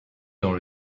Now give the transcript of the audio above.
dans